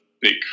big